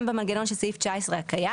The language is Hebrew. גם במנגנון של סעיף 19 הקיים